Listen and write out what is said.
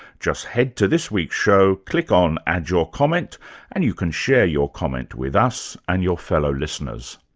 just head to this week's show, click on add your comment and you can share your comment with us and your fellow-listeners.